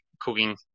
cooking